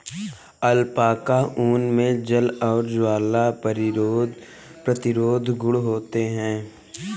alpaca ऊन मे जल और ज्वाला प्रतिरोधी गुण होते है